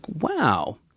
wow